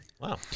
Wow